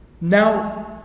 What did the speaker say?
Now